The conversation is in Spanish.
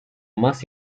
más